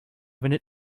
wendet